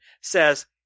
says